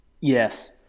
Yes